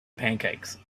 pancakes